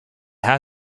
hea